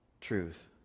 truth